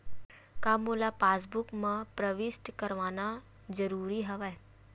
का मोला पासबुक म प्रविष्ट करवाना ज़रूरी हवय?